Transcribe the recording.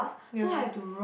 ya